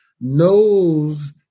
knows